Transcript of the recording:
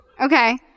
Okay